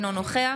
אינו נוכח